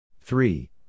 Three